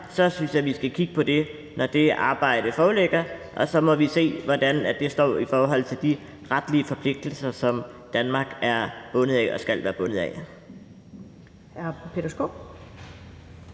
så synes jeg, at vi skal kigge på det, når det arbejde foreligger, og så må vi se, hvordan det står i forhold til de retlige forpligtelser, som Danmark er bundet af og skal være bundet af.